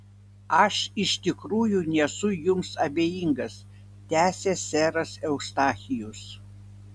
aš iš tikrųjų nesu jums abejingas tęsė seras eustachijus